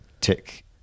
tick